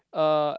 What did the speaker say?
uh